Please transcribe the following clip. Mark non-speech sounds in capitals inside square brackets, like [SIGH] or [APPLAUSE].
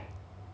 [NOISE]